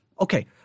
Okay